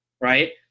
Right